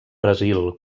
brasil